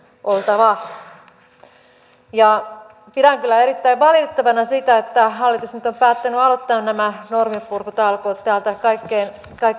oltava pidän kyllä erittäin valitettavana sitä että hallitus nyt on päättänyt aloittaa nämä norminpurkutalkoot täältä kaikkein